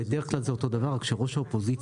בדרך כלל זה אותו דבר רק שראש האופוזיציה